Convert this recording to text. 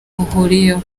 bihuriyeho